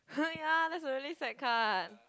!ha! ya that's a really sad card